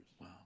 Wow